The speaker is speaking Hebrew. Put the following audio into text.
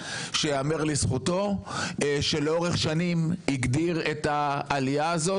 שייאמר לזכותו שלאורך שנים הגדיר את העלייה הזאת